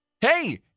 Hey